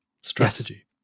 strategy